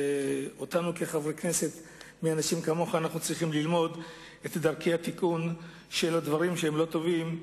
ואנחנו צריכים ללמוד מאנשים כמוך את דרכי התיקון של דברים לא טובים.